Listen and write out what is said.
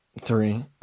Three